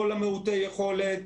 כל מיעוטי היכולת,